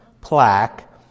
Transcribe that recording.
plaque